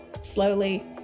slowly